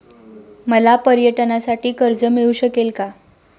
मला पर्यटनासाठी कर्ज मिळू शकेल का?